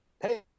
hey